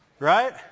Right